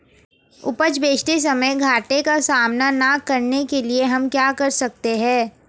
उपज बेचते समय घाटे का सामना न करने के लिए हम क्या कर सकते हैं?